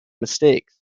mistakes